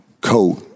coat